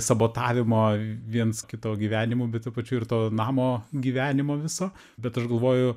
sabotavimo viens kito gyvenimų bet tuo pačiu ir to namo gyvenimo viso bet aš galvoju